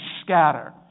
scatter